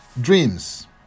dreams